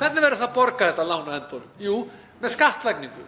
Hvernig verður þetta lán borgað á endanum? Jú, með skattlagningu.